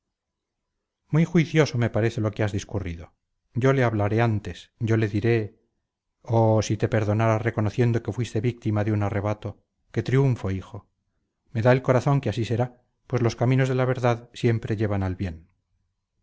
muy juicioso me parece lo que has discurrido yo le hablaré antes yo le diré oh si te perdonara reconociendo que fuiste víctima de un arrebato qué triunfo hijo me da el corazón que así será pues los caminos de la verdad siempre llevan al bien